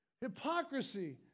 hypocrisy